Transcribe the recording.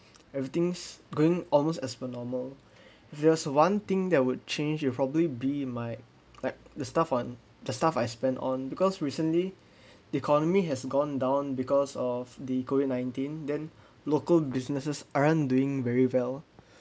everything's going almost as per normal just one thing that would change will probably be my like the stuff on the stuff I spend on because recently the economy has gone down because of the COVID nineteen then local businesses aren't doing very well